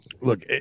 look